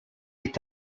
est